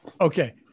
Okay